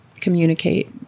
communicate